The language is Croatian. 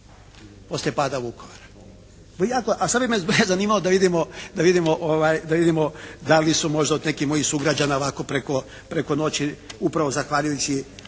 poslije pada Vukovara. A sada bi me zanimalo da vidimo da li su možda neki od mojih sugrađana ovako preko noći upravo zahvaljujući